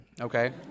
okay